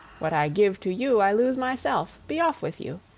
what i give to you i lose myself be off with you,